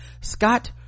scott